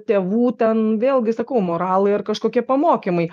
tėvų ten vėlgi sakau moralai ar kažkokie pamokymai